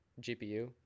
GPU